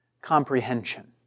comprehension